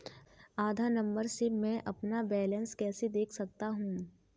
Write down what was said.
आधार number से मैं अपना बैलेंस कैसे देख सकता हूँ?